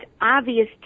obvious